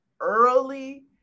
early